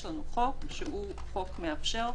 יש לנו חוק שהוא חוק מאפשר,